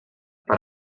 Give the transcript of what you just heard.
per